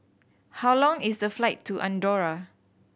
how long is the flight to Andorra